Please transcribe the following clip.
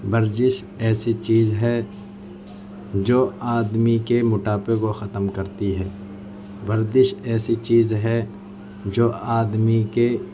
ورزش ایسی چیز ہے جو آدمی کے موٹاپے کو ختم کرتی ہے ورزش ایسی چیز ہے جو آدمی کے